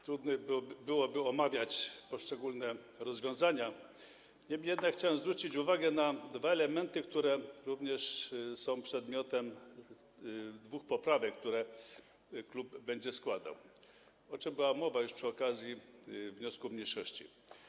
Trudno omawiać poszczególne rozwiązania, niemniej jednak chciałem zwrócić uwagę na dwa elementy, które są również przedmiotem dwóch poprawek, które klub będzie składał, o czym była mowa już przy okazji wniosków mniejszości.